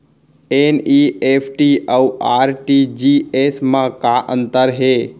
NEFT अऊ RTGS मा का अंतर हे?